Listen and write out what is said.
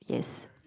yes